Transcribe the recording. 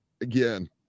again